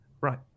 right